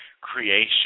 creation